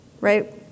right